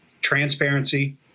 transparency